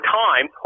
time